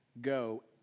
Go